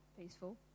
Peaceful